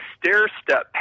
stair-step